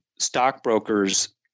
stockbrokers